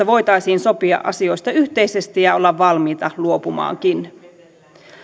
voitaisiin sopia asioista yhteisesti ja olla valmiita luopumaankin